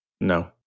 no